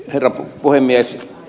herra puhemies